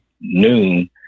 noon